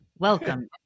Welcome